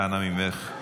אנא ממך,